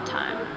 time